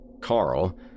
Carl